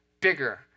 bigger